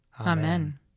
Amen